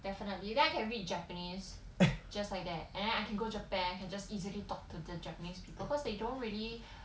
definitely then I can read japanese just like that and then I can go japan can just easily talk to the japanese people cause they don't really